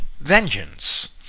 vengeance